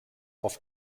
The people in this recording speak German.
auf